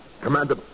Commander